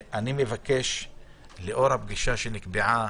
לאור הפגישה שנקבעה,